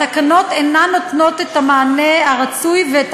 התקנות אינן נותנות את המענה הרצוי ואת